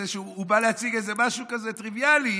הוא בא להציג משהו טריוויאלי,